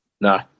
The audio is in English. No